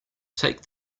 take